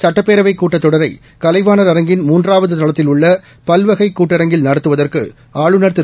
சுட்டப்பேரவை கூட்டத்தொடரை கலைவாணர் அரங்கின் மூன்றாவது தளத்தில் உள்ள பல்வகை கூட்டரங்கில் நடத்துவதற்கு ஆளுநர் திரு